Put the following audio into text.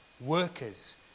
workers